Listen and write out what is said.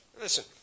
Listen